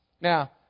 Now